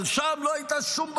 אבל שם לא הייתה שום בעיה.